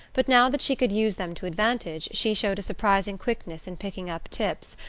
but now that she could use them to advantage she showed a surprising quickness in picking up tips,